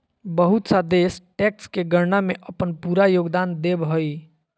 बहुत सा देश टैक्स के गणना में अपन पूरा योगदान देब हइ